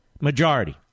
Majority